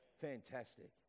Fantastic